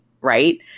right